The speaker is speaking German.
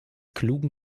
klugen